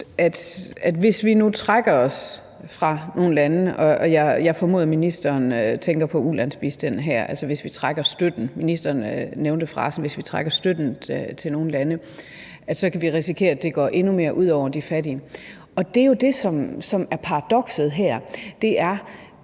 hvis vi trækker støtten til nogle lande – jeg formoder, at ministeren tænker på ulandsbistanden her, men ministeren nævnte frasen: hvis vi trækker støtten til nogle lande – så kan vi risikere, at det går endnu hårdere ud over de fattige. Og det, som jo er paradokset her,